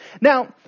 Now